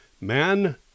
man